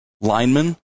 lineman